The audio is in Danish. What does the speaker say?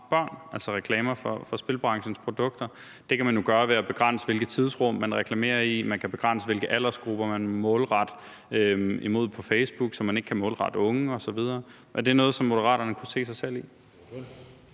sikrer, at reklamer for spilbranchens produkter ikke rammer børn? Det kan man jo gøre ved at begrænse, hvilke tidsrum man reklamerer i, og man kan begrænse, hvilke aldersgrupper man målretter mod på Facebook, så man ikke kan målrette mod unge osv. Er det noget, som Moderaterne kan se sig selv i?